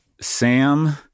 Sam